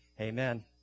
amen